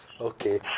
Okay